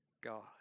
God